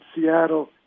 Seattle